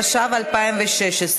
התשע"ו 2016,